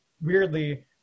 weirdly